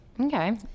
Okay